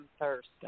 Thursday